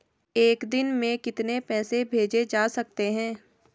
एक दिन में कितने पैसे भेजे जा सकते हैं?